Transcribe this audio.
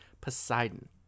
Poseidon